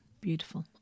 Beautiful